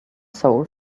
soul